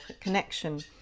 connection